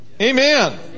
Amen